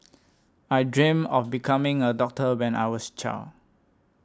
I dreamt of becoming a doctor when I was child